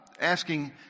asking